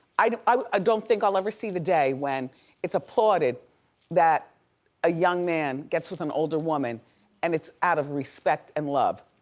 i don't think i'll ever see the day when it's applauded that a young man gets with an older woman and it's out of respect and love,